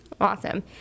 awesome